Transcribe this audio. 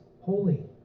holy